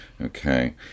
okay